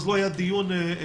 אז לא היה דיון בעתירה.